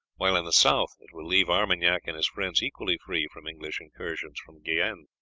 while in the south it will leave armagnac and his friends equally free from english incursions from guienne.